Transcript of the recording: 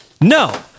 No